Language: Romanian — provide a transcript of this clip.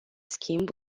schimb